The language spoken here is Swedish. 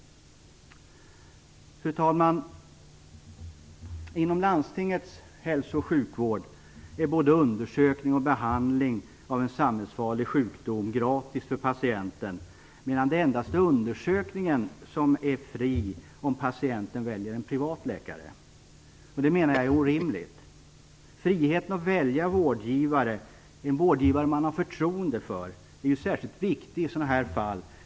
Fru talman! Inom landstingets hälso och sjukvård är både undersökning och behandling av en samhällsfarlig sjukdom gratis för patienten medan det endast är undersökningen som är gratis om patienten väljer en privat läkare. Jag menar att detta är orimligt. Friheten att välja en vårdgivare man har förtroende för är särskilt viktigt i sådana fall.